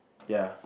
ya